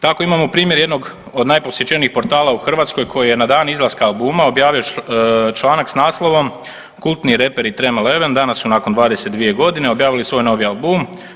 Tako imamo primjer jednog od najposjećenijih portala u Hrvatskoj koji je na dan izlaska albuma objavio članak s naslovom kultni reperi „Tram 11“ danas su nakon 22 godine objavili svoj novi album.